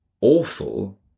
awful